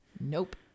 Nope